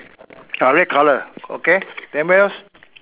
ah red colour okay anything else